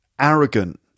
arrogant